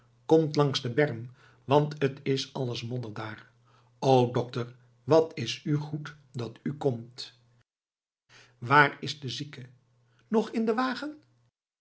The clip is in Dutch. kom langs den berm want t is alles modder dààr o dokter wat is u goed dat u komt waar is de zieke nog in den wagen